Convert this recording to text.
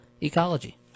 ecology